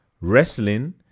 wrestling